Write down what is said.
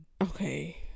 Okay